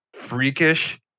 freakish